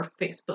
Facebook